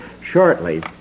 shortly